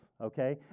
okay